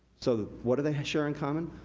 so what do they share in common?